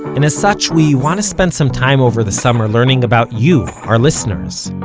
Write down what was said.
and as such, we want to spend some time over the summer learning about you, our listeners.